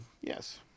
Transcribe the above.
yes